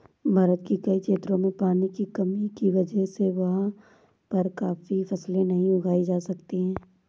भारत के कई क्षेत्रों में पानी की कमी की वजह से वहाँ पर काफी फसलें नहीं उगाई जा सकती